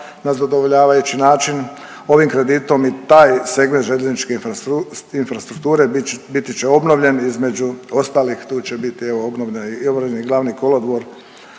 na zadovoljavajući način. Ovim kreditom i taj segment željezničke infrastrukture bit će obnovljen između ostalih, tu će biti i obnovljeni glavni kolodvor,